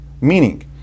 Meaning